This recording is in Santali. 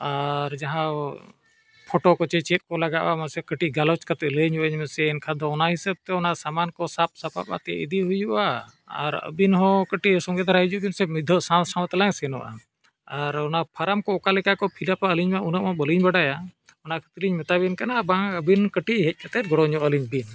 ᱟᱨ ᱡᱟᱦᱟᱸ ᱯᱷᱳᱴᱳ ᱠᱚᱥᱮ ᱪᱮᱫ ᱠᱚ ᱞᱟᱜᱟᱜᱼᱟ ᱢᱟᱥᱮ ᱠᱟᱹᱴᱤᱡ ᱜᱟᱞᱚᱪ ᱠᱟᱛᱮᱫ ᱞᱟᱹᱭ ᱧᱚᱜ ᱟᱹᱧ ᱢᱮᱥᱮ ᱮᱱᱠᱷᱟᱱ ᱫᱚ ᱚᱱᱟ ᱦᱤᱥᱟᱹᱵᱛᱮ ᱚᱱᱟ ᱥᱟᱢᱟᱱ ᱠᱚ ᱥᱟᱵ ᱥᱟᱯᱟᱵ ᱟᱛᱮᱫ ᱤᱫᱤ ᱦᱩᱭᱩᱜᱼᱟ ᱟᱨ ᱟᱵᱤᱱ ᱦᱚᱸ ᱠᱟᱹᱴᱤᱡ ᱥᱚᱸᱜᱮ ᱫᱷᱟᱨᱟᱭ ᱦᱤᱡᱩᱜ ᱵᱤᱱ ᱥᱮ ᱢᱤᱫᱷᱟᱹ ᱥᱟᱶ ᱥᱟᱶ ᱛᱮᱞᱟᱝ ᱥᱮᱱᱚᱜᱼᱟ ᱟᱨ ᱚᱱᱟ ᱯᱷᱟᱨᱟᱢ ᱠᱚ ᱚᱠᱟ ᱞᱮᱠᱟ ᱠᱚ ᱯᱷᱤᱞᱟᱯᱟ ᱟᱹᱞᱤᱧ ᱢᱟ ᱩᱱᱟᱹᱜ ᱢᱟ ᱵᱟᱹᱞᱤᱧ ᱵᱟᱰᱟᱭᱟ ᱚᱱᱟ ᱠᱷᱟᱛᱤᱨᱤᱧ ᱢᱮᱛᱟᱵᱤᱱ ᱠᱟᱱᱟ ᱵᱟᱝ ᱟᱵᱤᱱ ᱠᱟᱹᱴᱤᱡ ᱦᱮᱡ ᱠᱟᱛᱮᱜ ᱜᱚᱲᱚ ᱧᱚᱜ ᱟᱹᱞᱤᱧ ᱵᱤᱱ